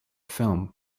film